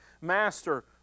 Master